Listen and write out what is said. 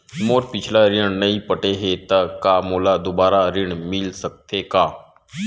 मोर पिछला ऋण नइ पटे हे त का मोला दुबारा ऋण मिल सकथे का?